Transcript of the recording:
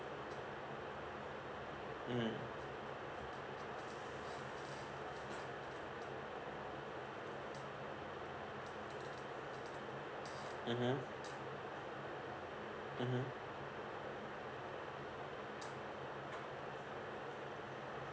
mm mmhmm mmhmm